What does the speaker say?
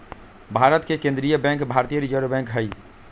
भारत के केंद्रीय bank Bharatiya reserve bank हइ